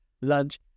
lunch